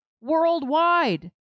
worldwide